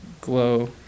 Glow